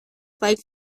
flag